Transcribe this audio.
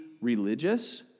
religious